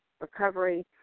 recovery